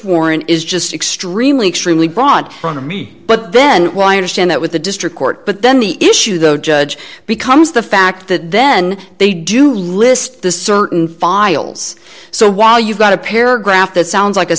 warrant is just extremely extremely broad front of me but then why understand that with the district court but then the issue the judge becomes the fact that then they do list the certain files so while you've got a paragraph that sounds like a